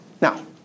Now